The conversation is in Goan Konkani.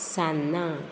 सान्नां